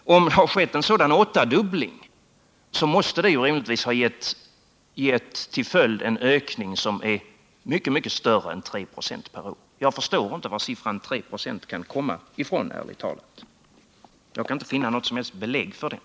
Om det har skett en sådan åttadubbling, måste det rimligtvis ha fått till följd en ökning som är mycket större än 3 96 per år. Jag förstår inte var siffran 3 26 kan komma ifrån, ärligt talat; jag kan inte finna något som helst belägg för den.